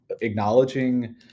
acknowledging